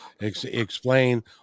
Explain